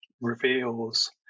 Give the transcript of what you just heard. reveals